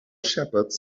shepherds